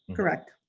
correct.